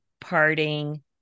parting